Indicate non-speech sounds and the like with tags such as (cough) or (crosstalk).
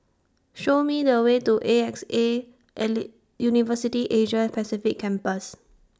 Show Me The Way to A X A (unintelligible) University Asia Pacific Campus